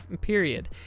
period